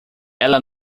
ela